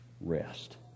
rest